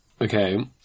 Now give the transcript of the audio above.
Okay